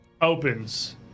opens